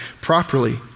properly